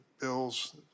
bills